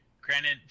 Granted